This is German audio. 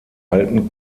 alten